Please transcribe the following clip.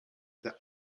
der